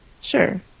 Sure